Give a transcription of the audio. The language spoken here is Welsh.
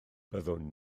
byddwn